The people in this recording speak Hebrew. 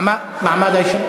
מעמד האישה.